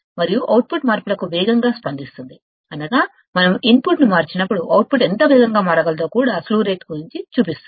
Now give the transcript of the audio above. మరియు అవుట్పుట్ మార్పులకు వేగంగా స్పందిస్తుంది అనగా మనం ఇన్పుట్ ను మార్చినప్పుడు అవుట్పుట్ ఎంత వేగంగా మారగలదో కూడా స్లీవ్ రేట్ చూపిస్తుంది